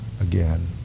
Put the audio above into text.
again